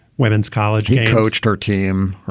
women's college he coached her team,